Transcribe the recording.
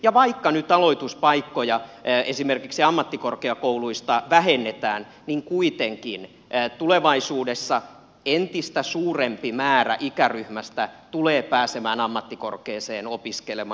ja vaikka nyt aloituspaikkoja esimerkiksi ammattikorkeakouluista vähennetään niin kuitenkin tulevaisuudessa entistä suurempi määrä ikäryhmästä tulee pääsemään ammattikorkeeseen opiskelemaan